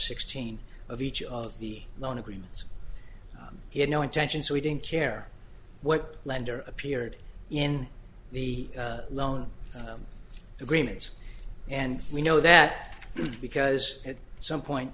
sixteen of each of the loan agreements he had no intentions we didn't care what lender appeared in the loan agreements and we know that because at some point